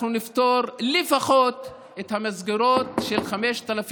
אנחנו נפתור לפחות את המסגרות של 5,000